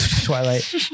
Twilight